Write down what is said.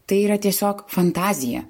tai yra tiesiog fantazija